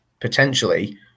potentially